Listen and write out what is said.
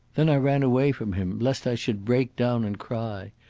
then i ran away from him lest i should break down and cry.